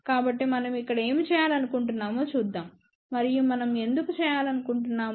కాబట్టి మనం ఇక్కడ ఏమి చేయాలనుకుంటున్నామో చూద్దాం మరియు మనం ఎందుకు చేయాలనుకుంటున్నాము